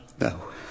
No